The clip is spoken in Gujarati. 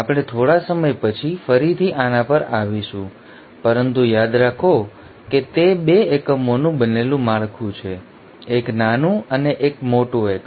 આપણે થોડા સમય પછી ફરીથી આના પર આવીશું પરંતુ યાદ રાખો કે તે 2 એકમોનું બનેલું માળખું છે એક નાનું અને મોટું એકમ